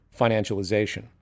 financialization